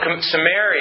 Samaria